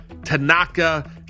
Tanaka